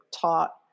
taught